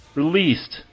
released